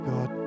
God